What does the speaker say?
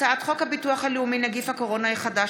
הצעת חוק הביטוח הלאומי (נגיף הקורונה החדש,